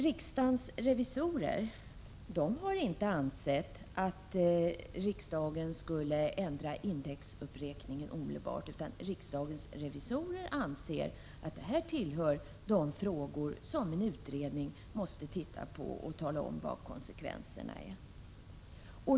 Riksdagens revisorer har inte ansett att riksdagen skulle ändra indexuppräkningen omedelbart, utan de anser att en utredning måste se på denna fråga och tala om vad konsekvenserna blir.